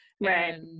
right